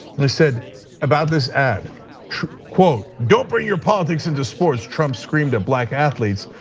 and he said about this ad quote, don't bring your politics into sports. trump screamed at black athletes,